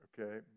Okay